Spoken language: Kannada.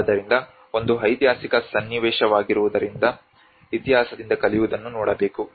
ಆದ್ದರಿಂದ ಒಂದು ಐತಿಹಾಸಿಕ ಸನ್ನಿವೇಶವಾಗಿರುವುದರಿಂದ ಇತಿಹಾಸದಿಂದ ಕಲಿಯುವುದನ್ನು ನೋಡಬೇಕು